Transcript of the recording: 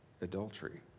Adultery